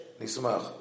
Nismach